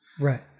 right